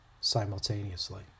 simultaneously